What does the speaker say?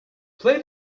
play